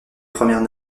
premières